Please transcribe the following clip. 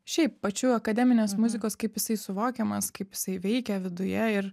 šiaip pačių akademinės muzikos kaip jisai suvokiamas kaip jisai veikia viduje ir